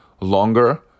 longer